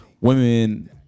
women